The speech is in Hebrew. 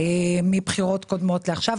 מבחירות קודמות לעכשיו.